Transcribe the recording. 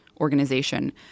Organization